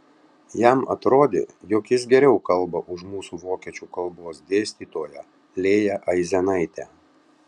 jam atrodė jog jis geriau kalba už mūsų vokiečių kalbos dėstytoją lėją aizenaitę